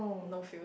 no feels